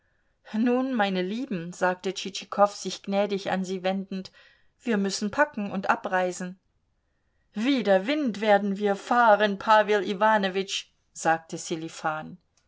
nun meine lieben sagte tschitschikow sich gnädig an sie wendend wir müssen packen und abreisen wie der wind werden wir fahren pawel iwanowitsch sagte